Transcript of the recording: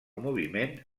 moviment